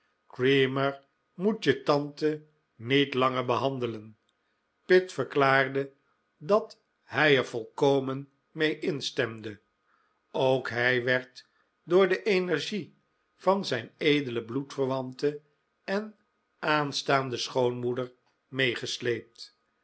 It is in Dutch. creamer moet je tante niet langer behandelen pitt verklaarde dat hij er volkomen mee instemde ook hij werd door de energie van zijn edele bloedverwante en aanstaande schoonmoeder meegesleept